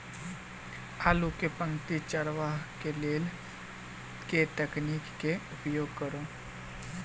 आलु केँ पांति चरावह केँ लेल केँ तकनीक केँ उपयोग करऽ?